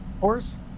horse